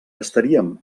estaríem